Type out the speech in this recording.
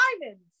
diamonds